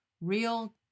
real